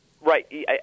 Right